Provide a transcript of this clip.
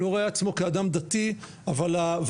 הוא לא רואה את עצמו כאדם דתי אבל הוועדה